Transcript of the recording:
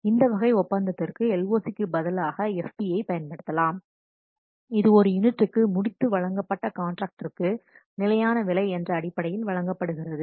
இந்த வகை ஒப்பந்தத்திற்கு LOC க்கு பதிலாக FP யைப் பயன்படுத்தலாம் இது ஒரு யூனிட்டுக்கு முடித்து வழங்கப்பட்ட கான்ட்ராக்டிற்கு நிலையான விலை என்ற அடிப்படையில் வழங்கப்படுகிறது